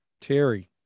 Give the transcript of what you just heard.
Terry